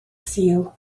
sul